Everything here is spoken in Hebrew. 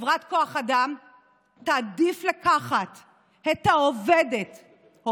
חברת כוח אדם תעדיף לקחת עובדת צעירה,